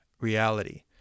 reality